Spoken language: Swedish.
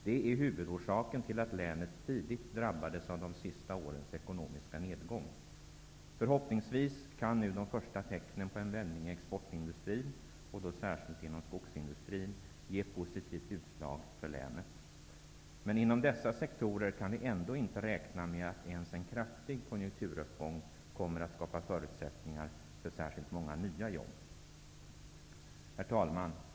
Det är huvudorsaken till att länet tidigt drabbades av de senaste årens ekonomiska nedgång. Förhoppningsvis kan nu de första tecknen på en vändning i exportindustrin, och då särskilt inom skogsindustrin, ge positivt utslag för länet. Men inom dessa sektorer kan vi ändå inte räkna med att ens en kraftig konjunkturuppgång kommer att skapa förutsättningar för särskilt många nya jobb. Herr talman!